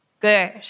Good